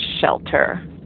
shelter